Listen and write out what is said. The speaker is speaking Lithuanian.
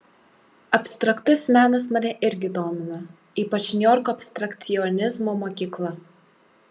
abstraktus menas mane irgi domina ypač niujorko abstrakcionizmo mokykla